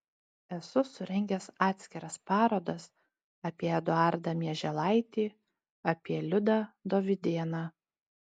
esu surengęs atskiras parodas apie eduardą mieželaitį apie liudą dovydėną